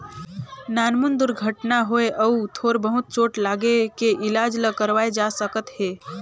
नानमुन दुरघटना होए अउ थोर बहुत चोट लागे के इलाज ल करवाए जा सकत हे